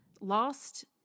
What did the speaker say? lost